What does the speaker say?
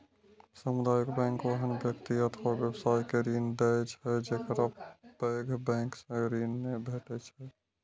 सामुदायिक बैंक ओहन व्यक्ति अथवा व्यवसाय के ऋण दै छै, जेकरा पैघ बैंक सं ऋण नै भेटै छै